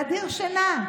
להדיר שינה,